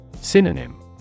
Synonym